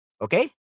okay